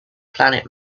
planet